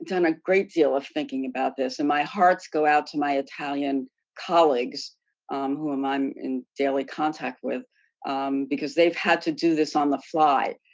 um and great deal of thinking about this and my hearts go out to my italian colleagues who am i'm in daily contact with because they've had to do this on the fly.